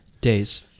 Days